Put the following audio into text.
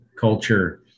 culture